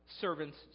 servants